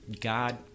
God